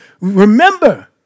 Remember